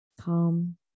calm